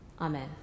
Amen